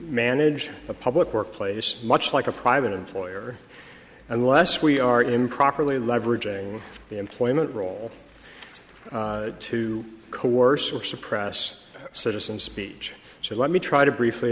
manage a public workplace much like a private employer unless we are improperly leveraging the employment role to coerce or suppress citizen speech so let me try to briefly